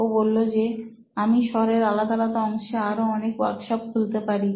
ও বলল যে আমি শহরের আলাদা আলাদা অংশে আরো অনেক ওয়ার্কশপ খুলতে পারি